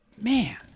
man